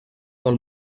del